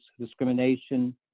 discrimination